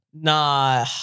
Nah